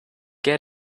get